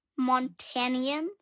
Montanians